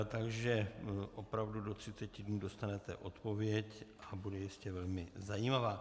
Takže opravdu do třiceti dnů dostanete odpověď a bude jistě velmi zajímavá.